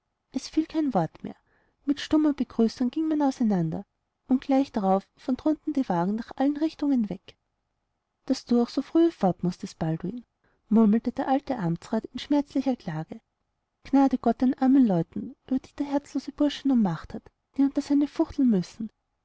es fiel kein wort mehr mit stummer begrüßung ging man auseinander und gleich darauf fuhren drunten die wagen nach allen richtungen weg daß du auch so frühe fort mußtest balduin murmelte der alte amtsrat in schmerzlicher klage gnade gott den armen leuten über die der herzlose bursche nun macht hat die unter seine fuchtel müssen